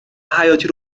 حیاتی